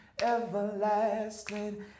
everlasting